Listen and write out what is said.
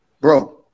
bro